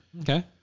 Okay